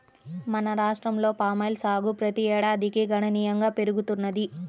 మన రాష్ట్రంలో పామాయిల్ సాగు ప్రతి ఏడాదికి గణనీయంగా పెరుగుతున్నది